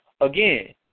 again